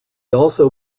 also